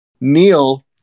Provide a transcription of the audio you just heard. Neil